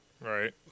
Right